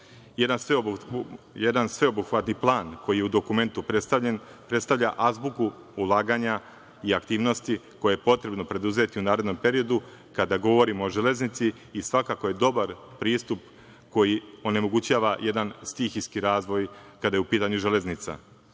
sveobuhvatni plan koji je u dokument predstavljen, predstavlja azbuku ulaganja i aktivnosti koje je potrebno preduzeti u narednom periodu, kada govorimo o železnici i svakako je dobar pristup koji onemogućava jedan stihijski razvoj kada je u pitanju železnica. Takođe,